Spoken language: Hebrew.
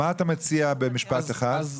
מה אתה מציע, במשפט אחד?